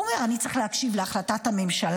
הוא אומר: אני צריך להקשיב להחלטת הממשלה,